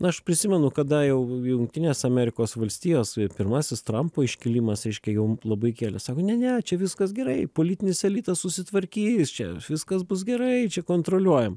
na aš prisimenu kada jau jungtinės amerikos valstijos ir pirmasis trumpo iškilimas reiškia jau labai kėlė sako ne ne čia viskas gerai politinis elitas susitvarkys čia viskas bus gerai čia kontroliuojam